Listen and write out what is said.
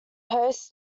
hosts